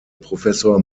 professor